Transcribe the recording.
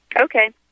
okay